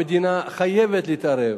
המדינה חייבת להתערב.